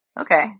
Okay